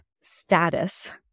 status